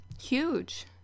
Huge